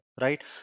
right